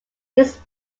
his